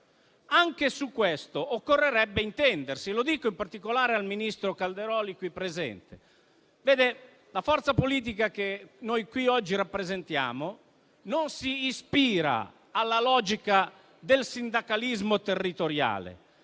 Anche su questo occorrerebbe intendersi, e lo dico in particolare al ministro Calderoli qui presente. La forza politica che noi qui oggi rappresentiamo non si ispira alla logica del sindacalismo territoriale.